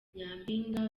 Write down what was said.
nyampinga